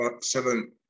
seven